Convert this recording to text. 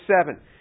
seven